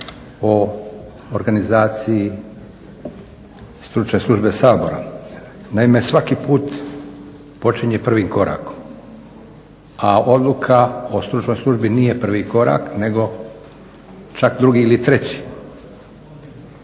o organizaciji stručne službe Sabora. Naime, svaki put počinje prvim korakom, a odluka o Stručnoj službi nije prvi korak nego čak drugi ili treći,